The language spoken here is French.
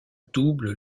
double